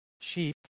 sheep